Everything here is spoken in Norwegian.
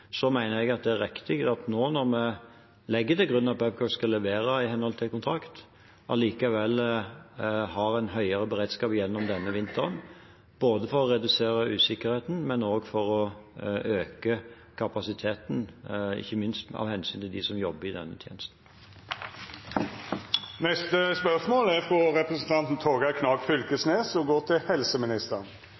jeg det er riktig, nå når vi legger til grunn at Babcock skal levere i henhold til kontrakt, at vi likevel har en høyere beredskap gjennom denne vinteren, både for å redusere usikkerheten og for å øke kapasiteten – ikke minst av hensyn til dem som jobber i denne tjenesten. Dette spørsmålet, frå representanten Torgeir Knag Fylkesnes til helseministeren,